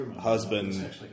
husband